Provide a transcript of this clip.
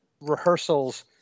rehearsals